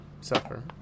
suffer